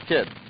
Kid